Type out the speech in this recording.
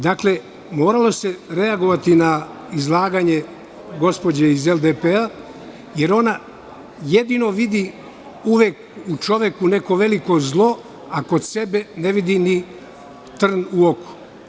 Dakle, moralo se reagovati na izlaganje gospođe iz LDP, jer ona u čoveku uvek vidi veliko zlo, a kod sebe ne vidi ni trn u oku.